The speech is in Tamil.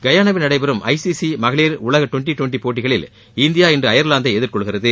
கயானாவில் நடைபெறும் ஐ சி சி மகளிர் உலக டுவெண்டி டுவெண்டி போட்டிகளில் இந்தியா இன்று அயர்லாந்தை எதிர்கொள்கிறது